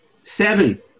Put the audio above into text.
Seven